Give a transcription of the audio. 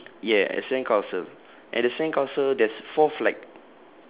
okay ya a sandcastle and the sandcastle there's four flag